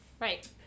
Right